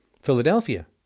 Philadelphia